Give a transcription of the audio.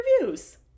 reviews